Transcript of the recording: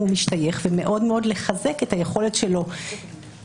הוא משתייך אליהם ומאוד מאוד לחזק את היכולת שלו האישית,